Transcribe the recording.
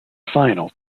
final